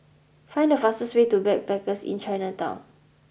find the fastest way to Backpackers Inn Chinatown